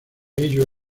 ello